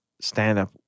stand-up